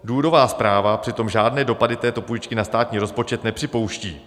Důvodová zpráva přitom žádné dopady této půjčky na státní rozpočet nepřipouští.